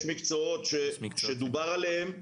יש מקצועות שדובר עליהם,